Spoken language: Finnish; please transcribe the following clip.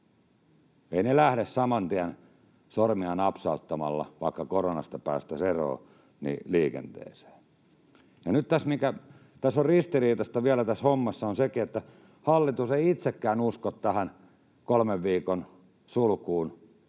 Eivät ne lähde saman tien sormia napsauttamalla liikenteeseen, vaikka koronasta päästäisiin eroon. Tässä on ristiriitaista tässä hommassa vielä sekin, että hallitus ei itsekään usko tähän kolmen viikon sulkuun,